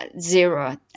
zero